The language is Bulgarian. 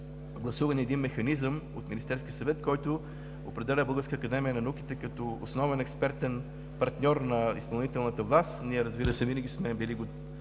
гласуван механизъм от Министерския съвет, който определя Българската академия на науките като основен експертен партньор на изпълнителната власт. Ние, разбира се, винаги сме били